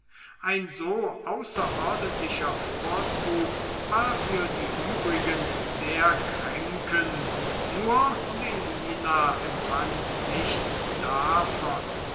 ein so außerordentlicher vorzug war für die übrigen sehr kränkend nur melina empfand nichts davon